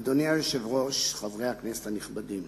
אדוני היושב-ראש, חברי הכנסת הנכבדים,